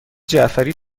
جعفری